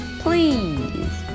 please